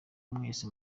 mwese